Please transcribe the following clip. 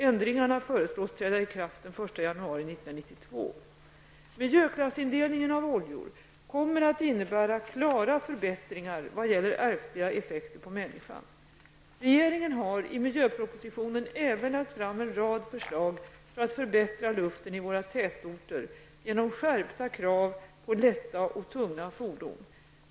Ändringarna föreslås träda i kraft 1 Miljöklassindelningen av oljor kommer att innebära klara förbättringar vad gäller ärftliga effekter på människan. Regeringen har i miljöpropositionen även lagt fram en rad förslag för att förbättra luften i våra tätorter genom skärpta krav på lätta och tunga fordon.